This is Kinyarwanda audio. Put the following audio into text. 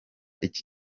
iki